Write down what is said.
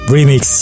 Remix